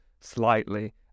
slightly